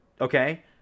Okay